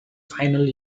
final